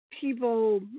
people